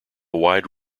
wide